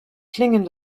klingen